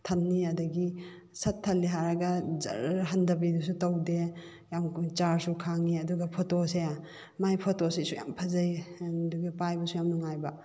ꯊꯟꯅꯤ ꯑꯗꯒꯤ ꯁꯠ ꯊꯜꯂꯦ ꯍꯥꯏꯔꯒ ꯖꯔ ꯍꯟꯊꯕꯤꯗꯨꯁꯨ ꯇꯧꯗꯦ ꯌꯥꯝ ꯀꯨꯏꯅ ꯆꯥꯔꯖꯁꯨ ꯈꯥꯡꯉꯤ ꯑꯗꯨꯒ ꯐꯣꯇꯣꯁꯦ ꯃꯥꯏ ꯐꯣꯇꯣꯁꯤꯁꯨ ꯌꯥꯝ ꯐꯖꯩ ꯑꯗꯨꯒ ꯄꯥꯏꯕꯁꯨ ꯌꯥꯝ ꯅꯨꯡꯉꯥꯏꯕ